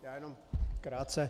Já jenom krátce.